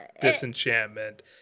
Disenchantment